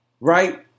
right